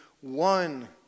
one